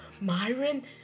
Myron